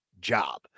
job